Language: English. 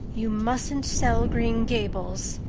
you mustn't sell green gables,